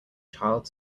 child